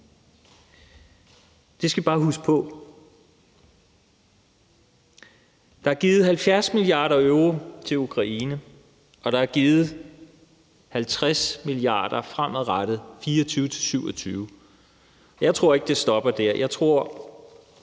Det skal vi bare huske på. Der er givet 70 mia. euro til Ukraine, og der er givet 50 mia. euro fremadrettet 2024-2027. Jeg tror ikke, det stopper der. Jeg tror,